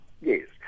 Yes